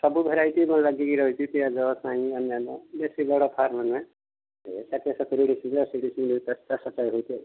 ସବୁ ଭେରାଇଟି ଲାଗିକି ରହିଛି ପିଆଜ ସାଇଁ ଅନ୍ୟାନ ବେଶୀ ବଡ଼ ଫାର୍ମ ନୁହେଁ ଏ ଷାଠିଏ ସତୁରି ଡିସିମିଲ୍ ଅଶୀ ଡିସିମିଲ୍ ଚାଷ ଚାଷଟା ହେଉଛି ଆଉ